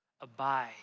Abide